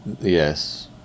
Yes